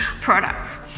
products